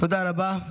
תודה רבה.